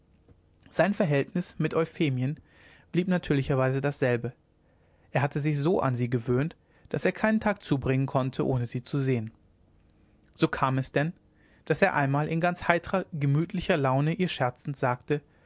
sein verhältnis mit euphemien blieb natürlicherweise dasselbe er hatte sich so an sie gewöhnt daß er keinen tag zubringen konnte ohne sie zu sehen so kam es denn daß er einmal in ganz heitrer gemütlicher laune ihr scherzend sagte